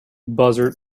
buzzard